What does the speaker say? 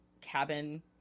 cabin